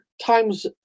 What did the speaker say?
times